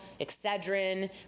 Excedrin